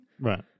Right